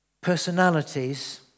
personalities